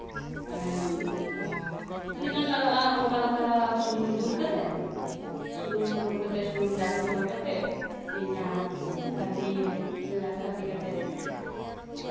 ᱛᱤᱱᱟᱹᱜ ᱜᱟᱱ ᱞᱟᱜᱟᱜᱼᱟ ᱚᱱᱠᱟ ᱞᱮᱠᱟ ᱥᱩᱱᱩᱢ ᱫᱩᱞ ᱠᱟᱛᱮᱜ ᱥᱩᱱᱩᱢ ᱫᱩᱞ ᱠᱟᱛᱮᱜ ᱥᱩᱱᱩᱢ ᱡᱟᱜᱮ ᱞᱚᱞᱚ ᱠᱟᱛᱮᱱ ᱯᱮᱭᱟᱸᱡᱽ ᱠᱷᱟᱫᱽᱞᱮᱭᱟᱹᱧ ᱯᱮᱭᱟᱸᱡᱽ ᱠᱷᱟᱫᱽᱞᱮ ᱠᱟᱛᱮᱱ